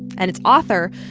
and it's author,